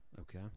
Okay